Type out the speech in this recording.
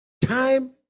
Time